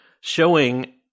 showing